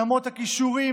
למרות הכישורים,